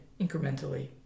incrementally